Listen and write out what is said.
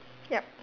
yup